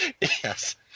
Yes